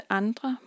andre